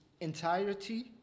entirety